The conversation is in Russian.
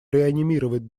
реанимировать